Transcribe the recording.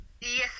Yes